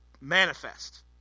manifest